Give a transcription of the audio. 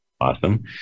Awesome